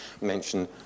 mentioned